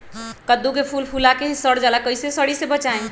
कददु के फूल फुला के ही सर जाला कइसे सरी से बचाई?